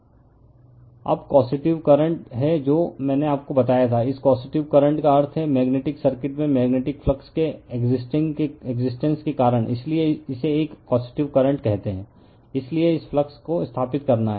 refer slide time 1228 अब causative current है जो मैंने आपको बताया था इस कोसटिव करंट का अर्थ है मेग्नेटिक सर्किट में मेग्नेटिक फ्लक्स के एक्सिसटेन्स के कारण इसलिए इसे एक कोसटिव करंट कहते हैं इसलिए इस फ्लक्स को स्थापित करना